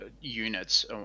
units